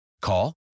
Call